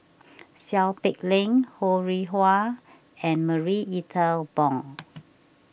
Seow Peck Leng Ho Rih Hwa and Marie Ethel Bong